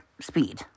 speed